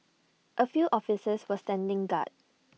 A few officers were standing guard